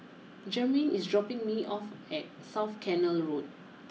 Jermain is dropping me off at South Canal Road